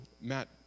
Matt